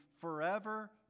forever